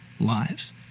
Lives